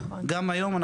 גם היום,